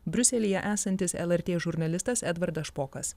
briuselyje esantis lrt žurnalistas edvardas špokas